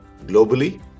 globally